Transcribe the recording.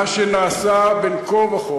מה שנעשה בין כה וכה,